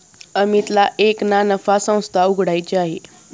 अमितला एक ना नफा संस्था उघड्याची आहे